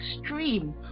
extreme